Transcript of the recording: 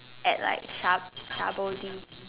at like sha~